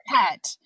pet